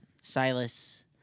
Silas